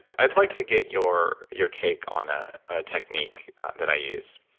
i'd like to get your your take on ah on a technique that i use.